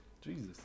Jesus